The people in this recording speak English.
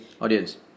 audience